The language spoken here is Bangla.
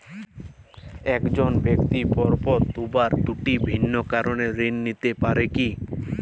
এক জন ব্যক্তি পরপর দুবার দুটি ভিন্ন কারণে ঋণ নিতে পারে কী?